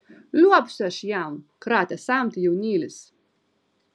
liuobsiu aš jam kratė samtį jaunylis